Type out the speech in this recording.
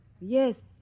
Yes